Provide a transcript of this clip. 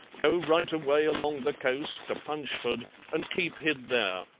go right away along the coast to punchford and keep hid there.